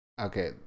Okay